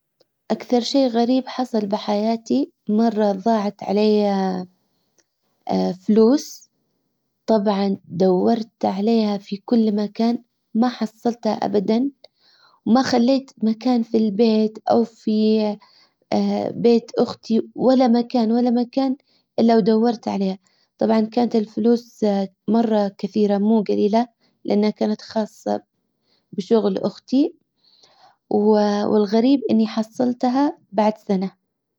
اكثر شيء غريب حصل بحياتي مرة ضاعت علي فلوس طبعا دورت عليها في كل مكان ما حصلتها ابدا وما خليت مكان في البيت او في بيت اختي ولامكان ولامكان إلا ودورت عليه. طبعا كانت الفلوس مرة كثيرة مو جليلة لانها كانت خاصة بشغل اختي. والغريب إني حصلتها بعد سنة.